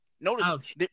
Notice